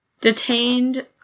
detained